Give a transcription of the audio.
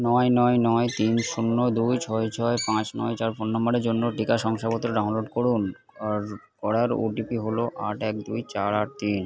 নয় নয় নয় তিন শূন্য দুই ছয় ছয় পাঁচ নয় চার ফোন নাম্বারের জন্য টিকা শংসাপত্র ডাউনলোড করুন আর করার ওটিপি হল আট এক দুই চার আট তিন